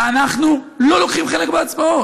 אנחנו לא לוקחים חלק בהצבעות,